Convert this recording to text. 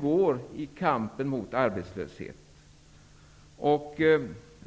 går i kampen mot arbetslösheten.